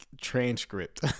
transcript